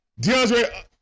DeAndre